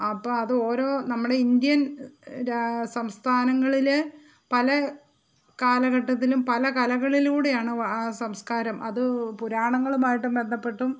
അപ്പം അത് ഓരോ നമ്മുടെ ഇന്ത്യൻ സംസ്ഥാനങ്ങളിലെ പല കാലഘട്ടത്തിലും പല കലകളിലൂടെയാണ് ആ സംസ്കാരം അത് പുരാണങ്ങളുമായിട്ട് ബന്ധപ്പെട്ടും